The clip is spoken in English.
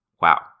wow